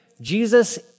Jesus